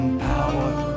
power